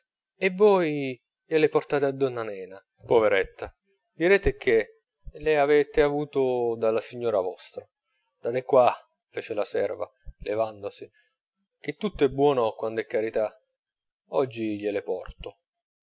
e voi glie le portate a donna nena poveretta direte che le avete avuto dalla signora vostra date qua fece la serva levandosi che tutto è buono quand'è carità oggi glie le porto